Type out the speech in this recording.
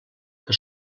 que